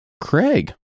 craig